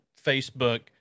Facebook